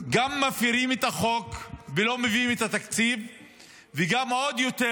גם מפירים את החוק ולא מביאים את התקציב וגם עוד יותר,